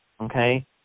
Okay